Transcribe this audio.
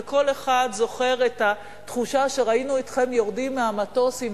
וכל אחד זוכר את התחושה כשראינו אתכם יורדים מהמטוס עם